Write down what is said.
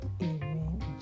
Amen